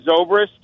Zobrist